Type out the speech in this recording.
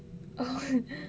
oh